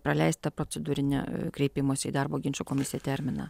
praleistą procedūrinią kreipimosi į darbo ginčų komisiją terminą